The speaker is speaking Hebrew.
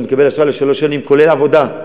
כולל עבודה,